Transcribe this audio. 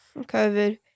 COVID